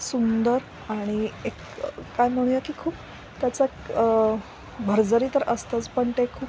सुंदर आणि एक काय म्हणूया की खूप त्याचा भरजरी तर असतंच पण ते खूप